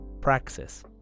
Praxis